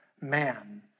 man